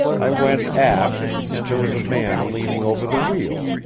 i went aft, and there was a man leaning over the wheel,